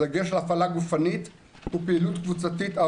בדגש על הפעלה גופנית ופעילות גופנית בחוץ,